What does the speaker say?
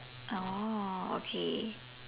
oh okay